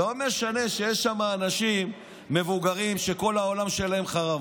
לא משנה שיש שם אנשים מבוגרים שכל העולם שלהם חרב.